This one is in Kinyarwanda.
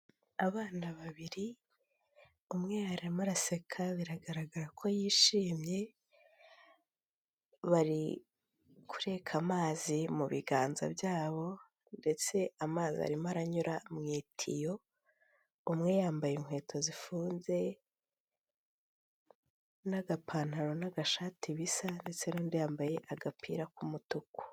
Abana babiri umwe arimo araseka biragaragara ko yishimye, bari kureka amazi mu biganza byabo ndetse amazi arimo aranyura mu itiyo umwe yambaye inkweto zifunze n'agapantaro n'agashati bisa ndetse n'undi yambaye agapira k'umutuku.